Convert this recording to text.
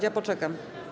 Ja poczekam.